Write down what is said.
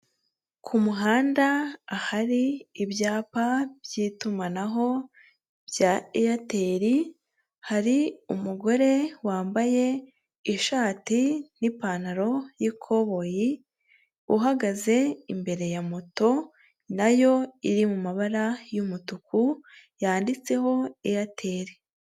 Ku umuhanda ahari ibyapa by'itumanaho bya Airtel hari umugore wambaye ishati n'ipantaro y'ikoboyi, uhagaze imbere ya moto nayo iri mu mabara y'umutuku yanditseho Airtel.